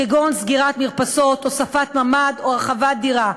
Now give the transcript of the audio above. כגון סגירת מרפסות, הוספת ממ"ד או הרחבת דירה.